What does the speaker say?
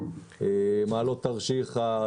מעלות-תרשיחא,